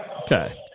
Okay